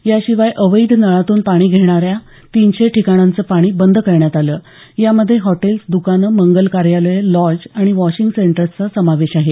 याशिवाय अवैध नळांतून पाणी घेणाऱ्या तीनशे ठिकाणांचे पाणी बंद करण्यात आले यामध्ये हॉटेल्स द्रकानं मंगल कार्यालयं लॉज आणि वॉशिंग सेंटर्सचा समावेश आहे